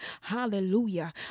hallelujah